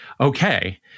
okay